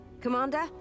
Commander